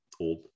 old